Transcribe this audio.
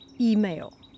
email